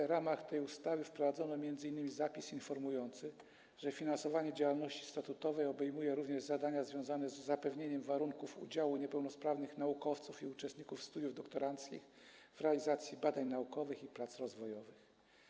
W ramach tego wprowadzono m.in. zapis informujący, że finansowanie działalności statutowej obejmuje też zadania związane z zapewnieniem warunków udziału niepełnosprawnych naukowców i uczestników studiów doktoranckich w realizacji badań naukowych i prac rozwojowych.